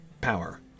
power